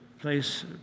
place